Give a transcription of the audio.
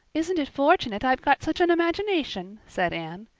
isn't it fortunate i've got such an imagination? said anne.